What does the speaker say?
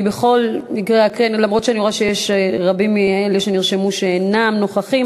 אני רואה שרבים מאלה שנרשמו אינם נוכחים.